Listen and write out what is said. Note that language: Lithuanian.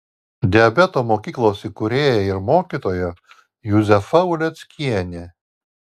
diabeto mokyklos įkūrėja ir mokytoja juzefa uleckienė